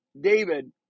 David